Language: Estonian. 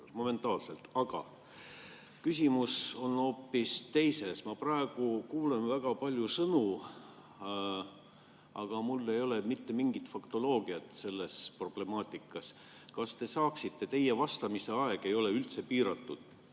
momentaanselt. Aga küsimus on hoopis muus. Ma praegu kuulen väga palju sõnu, aga mul ei ole mitte mingit faktoloogiat selles problemaatikas. Kas te saaksite – teie vastamise aeg ei ole piiratud,